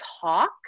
talk